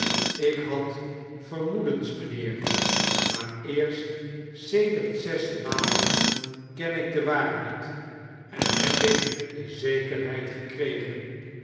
ik had vermoedensv mijinheer maar eerst sedert zes maanden ken ik de waarheid en heb ik de zekerhecd gekregen